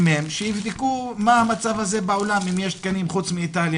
שיבדקו מה המצב בעולם, אם יש תקנים חוץ מאיטליה.